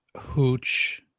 Hooch